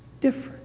different